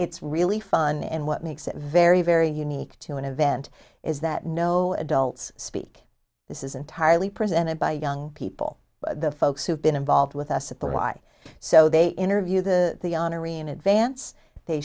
it's really fun and what makes it very very unique to an event is that no adults speak this is entirely presented by young people the folks who've been involved with us at the y so they interview the arena advance they